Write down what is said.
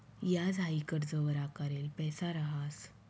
याज हाई कर्जवर आकारेल पैसा रहास